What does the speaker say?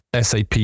SAP